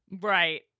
Right